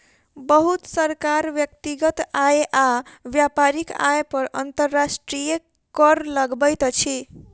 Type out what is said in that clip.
बहुत सरकार व्यक्तिगत आय आ व्यापारिक आय पर अंतर्राष्ट्रीय कर लगबैत अछि